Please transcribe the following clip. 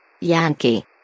Yankee